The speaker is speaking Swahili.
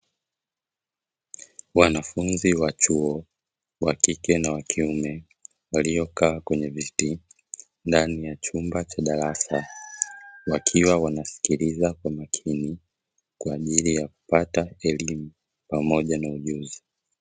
Wanafunzi wa chuo wakike na wakiume, waliokaa kwenye viti ndani ya chumba cha darasa, wakiwa wanaskiliza kwa makini kwaajili ya kupata elimu pamoja na ujuzi.